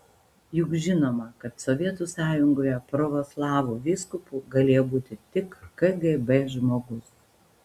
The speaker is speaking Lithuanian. juk žinoma kad sovietų sąjungoje pravoslavų vyskupu galėjo būti tik kgb žmogus